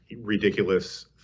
ridiculous